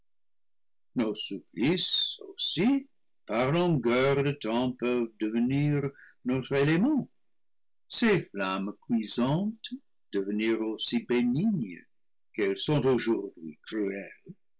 de temps peuvent de venir notre élément ces flammes cuisantes devenir aussi bénignes qu'elles sont aujourd'hui cruelles